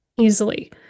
easily